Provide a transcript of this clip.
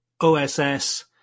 OSS